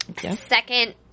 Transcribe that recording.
Second